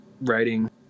writing